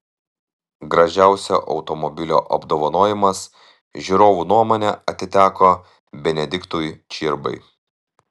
gražiausio automobilio apdovanojimas žiūrovų nuomone atiteko benediktui čirbai